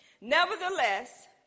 Nevertheless